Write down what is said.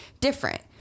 different